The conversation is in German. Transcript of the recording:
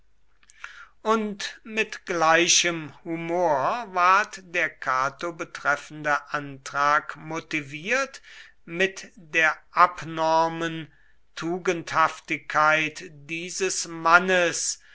und mit gleichem humor ward der cato betreffende antrag motiviert mit der abnormen tugendhaftigkeit dieses mannes